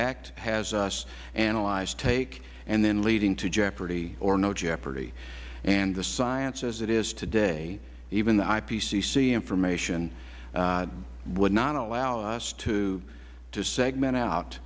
act has us analyze take and then leading to jeopardy or no jeopardy and the science as it is today even the ipcc information would not allow us to segment out